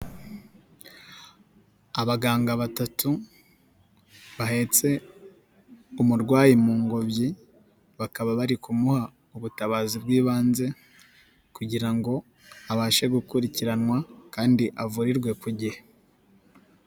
Abaganga batatu bahetse umurwayi mu ngobyi bakaba bari kumuha ubutabazi bw'ibanze kugira ngo abashe gukurikiranwa kandi avurirwe ku gihe.